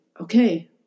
okay